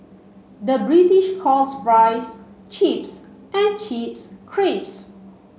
the British calls fries chips and chips crisps